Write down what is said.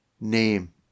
name